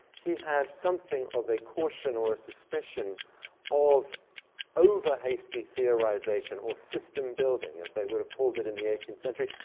he had something of a caution or a suspicion of over-hasty theorization, or system building, as they would have called it in the eighteenth century.